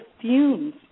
fumes